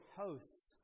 hosts